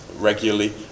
Regularly